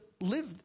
live